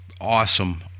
awesome